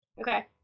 Okay